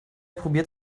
probiert